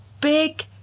big